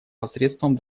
посредством